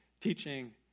teaching